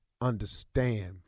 understand